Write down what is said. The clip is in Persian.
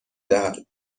دهد